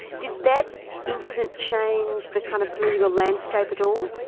did that incident change the kind of political landscape at all?